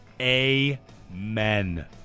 amen